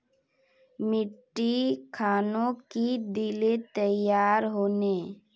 मिट्टी खानोक की दिले तैयार होने?